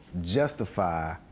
justify